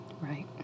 Right